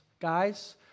Guys